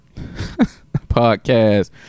podcast